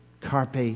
carpe